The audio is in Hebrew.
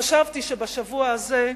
חשבתי שבשבוע הזה,